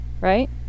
right